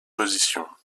position